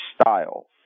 style